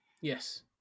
Yes